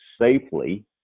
safely